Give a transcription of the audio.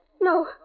No